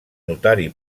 notari